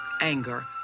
anger